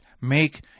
make